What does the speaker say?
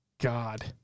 God